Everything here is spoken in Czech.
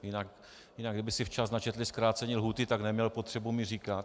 Jinak kdyby si včas načetl zkrácení lhůty, tak neměl potřebu mi říkat.